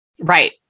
Right